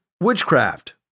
witchcraft